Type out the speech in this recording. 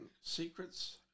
secrets